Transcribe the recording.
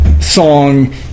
song